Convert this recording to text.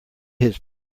his